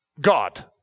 God